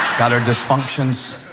got her dysfunctions